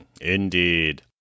Indeed